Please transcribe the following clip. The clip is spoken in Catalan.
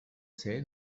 ser